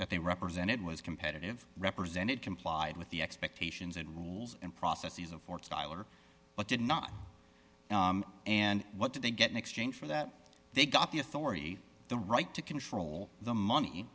that they represented was competitive represented complied with the expectations and rules and processes of four styler but did not and what did they get in exchange for that they got the authority the right to control the money